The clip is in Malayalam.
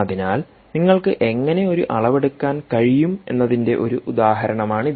അതിനാൽ നിങ്ങൾക്ക് എങ്ങനെ ഒരു അളവെടുക്കാൻ കഴിയും എന്നതിന്റെ ഒരു ഉദാഹരണമാണിത്